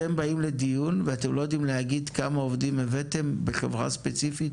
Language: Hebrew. אתם באים לדיון ואתם לא יודעים להגיד כמה עובדים הבאתם בחברה ספציפית,